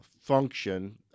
function